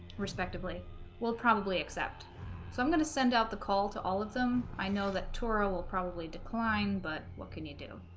respectively will probably accept so i'm going to send out the call to all of them i know that torah will probably decline but what can you do